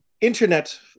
internet